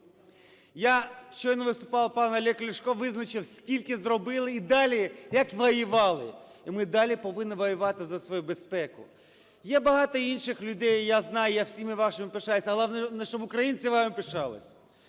Я… Щойно виступав пан Олег Ляшко визначив, скільки зробили і далі – як воювали. І ми далі повинні воювати за свою безпеку. Є багато інших людей, я знаю, я всіма вами пишаюся, але головне, щоб українці вами пишались.